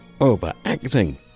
overacting